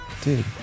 dude